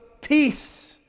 Peace